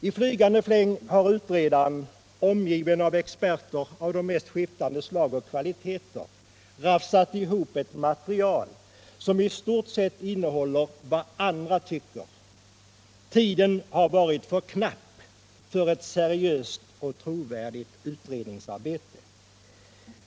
I flygande fläng har utredaren, omgiven av experter av de mest skiftande slag och kvalitet, rafsat ihop ett material som i stort sett innehåller vad andra tycker. Tiden har varit för knapp för ett seriöst och trovärdigt utredningsarbete.